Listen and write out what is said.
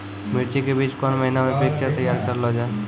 मिर्ची के बीज कौन महीना मे पिक्चर तैयार करऽ लो जा?